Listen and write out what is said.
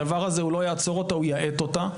הדבר הזה הוא לא יעצור אותה, הוא יאט אותה.